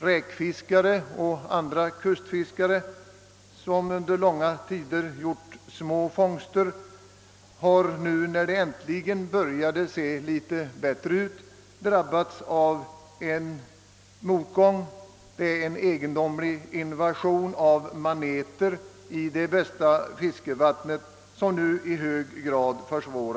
Räkfiskare och andra kustfiskare, som under långa tider gjort små fångster, har nu när det äntligen började se litet ljusare ut drabbats av en ny motgång: en egendomlig invasion av maneter i det bästa fiskevattnet försvårar i hög grad fisket.